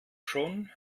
schon